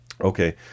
Okay